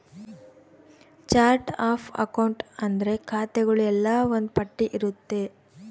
chart of account ಅಂದ್ರೆ ಖಾತೆಗಳು ಎಲ್ಲ ಒಂದ್ ಪಟ್ಟಿ ಇರುತ್ತೆ